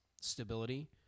stability